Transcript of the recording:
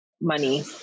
money